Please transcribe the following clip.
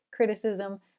criticism